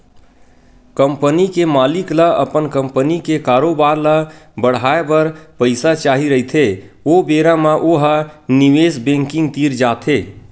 company के मालिक ल अपन कंपनी के कारोबार ल बड़हाए बर पइसा चाही रहिथे ओ बेरा म ओ ह निवेस बेंकिग तीर जाथे